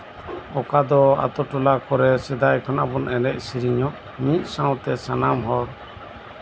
ᱚᱠᱟ ᱫᱚ ᱟᱛᱩᱼᱴᱚᱞᱟ ᱨᱮ ᱥᱮᱫᱟᱭ ᱠᱷᱚᱱᱟᱜ ᱵᱚᱱ ᱮᱱᱮᱡᱼᱥᱮᱨᱮᱧᱚᱜ ᱢᱤᱫ ᱥᱟᱶᱛᱮ ᱥᱟᱱᱟᱢ ᱦᱚᱲ